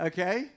Okay